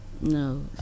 no